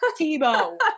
Tebow